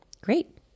great